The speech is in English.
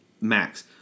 max